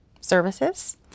services